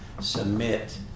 submit